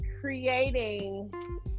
creating